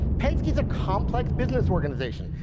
penske is a complex business organization.